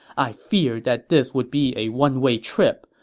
i fear that this would be a one-way trip.